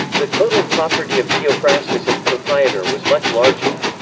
the total property of theophrastus as proprietor was much larger.